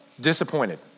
disappointed